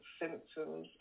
symptoms